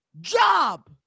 job